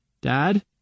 Dad